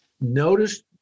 Notice